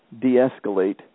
de-escalate